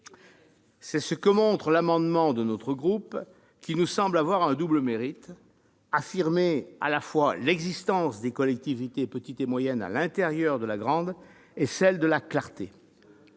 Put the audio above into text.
C'est ce que montre l'amendement de notre groupe, qui nous semble avoir un double mérite : celui d'affirmer l'existence des collectivités petites et moyennes à l'intérieur de la grande et celui de la clarté.